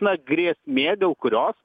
na grėsmė dėl kurios